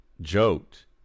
joked